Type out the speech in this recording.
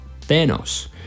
thanos